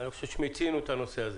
מיצינו את הנושא הזה.